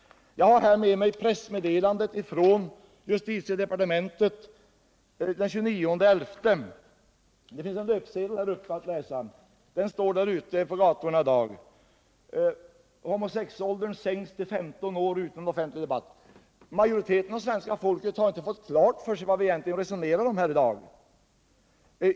Jag har här med mig pressmeddelandet från justitiedepartementet den 29 november. Och på kammarens TV-skärm visar jag nu en löpsedel som också finns ute på gatorna i dag. ”Homosex-åldern sänks till 15 år utan offentlig debatt?” Majoriteten av svenska folket har inte fått klart för sig vad vi egentligen resonerar om här i dag.